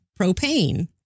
propane